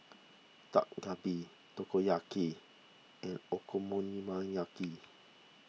Dak Galbi Takoyaki and Okonomiyaki